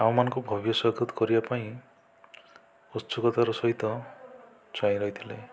ଆମ ମାନଙ୍କୁ ଭବ୍ୟ ସ୍ଵାଗତ କରିବା ପାଇଁ ଉତ୍ସୁକତାର ସହିତ ଚାହିଁ ରହିଥିଲେ